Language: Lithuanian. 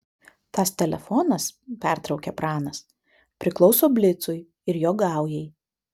tas telefonas pertraukė pranas priklauso blicui ir jo gaujai